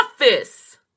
office